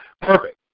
Perfect